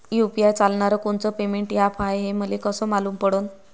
UPI चालणारं कोनचं payment app हाय, हे मले कस मालूम पडन?